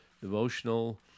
devotional